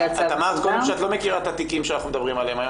אמרת קודם שאת לא מכירה את התיקים שאנחנו מדברים עליהם.